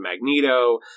Magneto